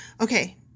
Okay